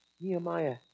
Nehemiah